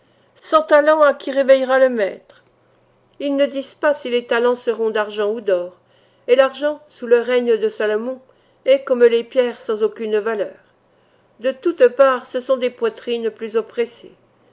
cent talents à qui réveillera le maître il ne disent pas si les talents seront d'argent ou d'or et l'argent sous le règne de salomon est comme les pierres sans aucune valeur de toutes parts ce sont des poitrines plus oppressées